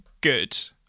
good